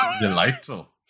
Delightful